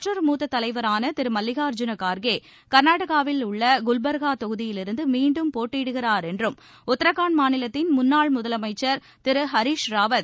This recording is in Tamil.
மற்றொரு மூத்ததலைவரானதிருமல்லிகாஅர்ஜூன கார்கேகர்நாடாகவில் உள்ளகுல்பா்காதொகுதியிலிருந்துமீண்டும் போட்டியிடுகிறாா் என்றும் உத்தராகான்ட் மாநிலத்தின் முன்னாள் முதலமைச்சா் திருஹரிஷ்ராவத்